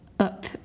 Up